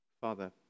Father